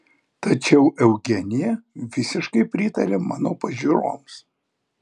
tačiau eugenija visiškai pritarė mano pažiūroms